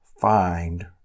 find